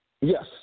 Yes